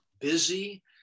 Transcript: busy